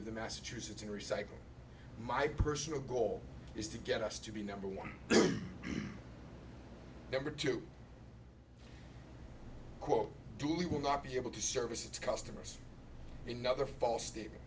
of the massachusetts in recycling my personal goal is to get us to be number one never to quote do we will not be able to service its customers another false statement